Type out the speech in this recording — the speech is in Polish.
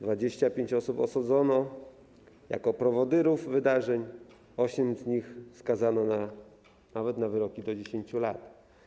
25 osób osadzono jako prowodyrów wydarzeń, a 8 z nich skazano na wyroki do 10 lat.